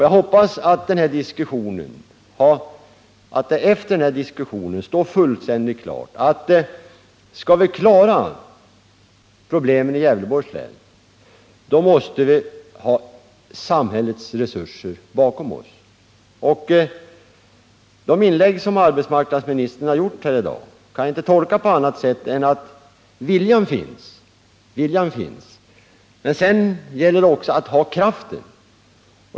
Jag hoppas Nr 113 nu att det efter den här diskussionen står fullständigt klart att om vi skall Tisdagen den kunna lösa problemen i Gävleborgs län, då måste vi ha samhällets resurser 27 mars 1979 bakom oss. De inlägg som arbetsmarknadsministern har gjort här i dag kan jag inte Om åtgärder för tolka på annat sätt än att viljan finns, men sedan gäller det att också ha bibehållande av kraften.